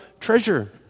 treasure